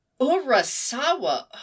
Urasawa